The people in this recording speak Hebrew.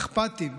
אכפתיים,